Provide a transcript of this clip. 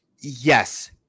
Yes